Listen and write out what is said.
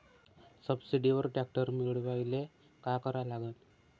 सबसिडीवर ट्रॅक्टर मिळवायले का करा लागन?